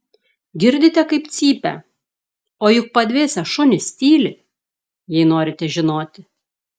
girdite kaip cypia o juk padvėsę šunys tyli jei norite žinoti